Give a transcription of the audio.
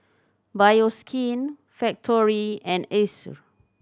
Bioskin Factorie and Acer